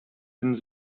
denn